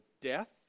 death